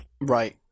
Right